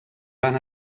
van